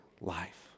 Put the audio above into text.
life